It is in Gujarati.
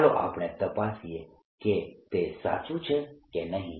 ચાલો આપણે તપાસીએ કે તે સાચું છે કે નહિ